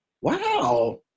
Wow